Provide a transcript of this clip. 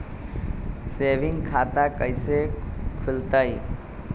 Saving खाता कैसे खुलतई?